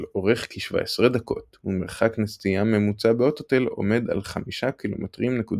אורך כ-17 דקות ומרחק נסיעה ממוצע באוטותל עומד על 5.4 ק”מ.